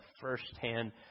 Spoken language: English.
firsthand